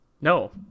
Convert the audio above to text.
No